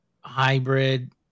hybrid